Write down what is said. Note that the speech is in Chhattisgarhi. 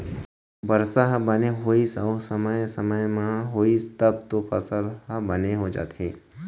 बरसा ह बने होइस अउ समे समे म होइस तब तो फसल ह बने हो जाथे